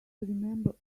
remember